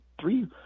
three